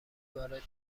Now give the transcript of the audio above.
وارد